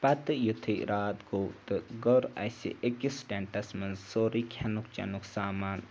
پَتہٕ یُتھُے راتھ گوٚو تہٕ کٔر اَسہِ أکِس ٹٮ۪نٛٹَس منٛز سورُے کھٮ۪نُک چٮ۪نُک سامان